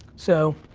so,